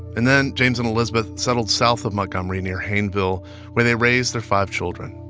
and then james and elizabeth settled south of montgomery, near hayneville where they raised their five children.